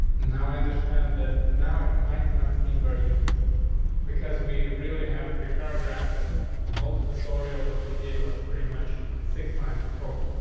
now, i understand that from now it might not seem very useful because we really have three paragraphs and all. the editorial that we did was pretty much six lines of code.